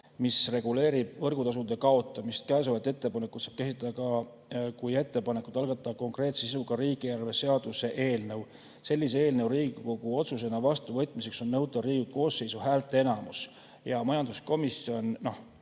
mis reguleerib võrgutasude kaotamist. Seda ettepanekut saab käsitleda ka kui ettepanekut algatada konkreetse sisuga riigieelarve seaduse eelnõu. Sellise eelnõu Riigikogu otsusena vastuvõtmiseks on nõutav Riigikogu koosseisu häälteenamus. Majanduskomisjon